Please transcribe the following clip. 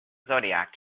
zodiac